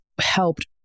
helped